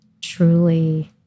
truly